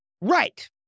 Right